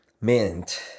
Mint